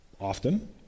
often